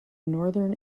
northern